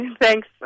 Thanks